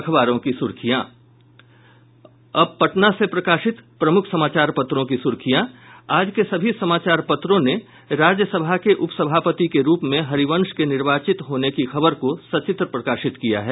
अब पटना से प्रकाशित प्रमुख समाचार पत्रों की सुर्खियां आज के सभी समाचार पत्रों ने राज्यसभा के उपसभापति के रूप में हरिवंश के निर्वाचित होने की खबर को सचित्र प्रकाशित किया है